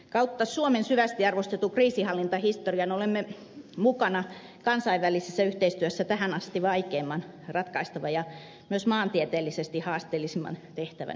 kautta suomen syvästi arvostetun kriisinhallintahistorian olemme mukana kansainvälisessä yhteistyössä tähän asti vaikeimmin ratkaistavan ja myös maantieteellisesti haasteellisimman tehtävän edessä